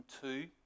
two